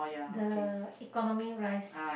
the economic rice